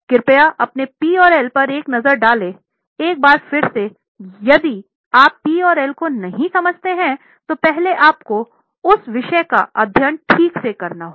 कृपया अपने P और L पर एक नज़र डालें एक बार फिर से यदि आप P और L को नहीं समझते हैं तो पहले आपको P और L विषय का अध्ययन ठीक से करना होगा